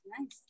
nice